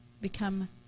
become